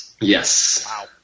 Yes